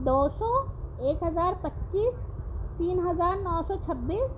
دوسو ایک ہزار پچیس تین ہزار نو سوچھبیس